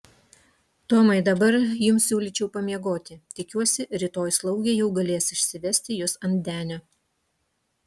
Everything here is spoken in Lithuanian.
tomai dabar jums siūlyčiau pamiegoti tikiuosi rytoj slaugė jau galės išsivesti jus ant denio